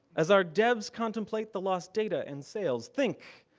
as our devs contemplate the lost data and sales. think.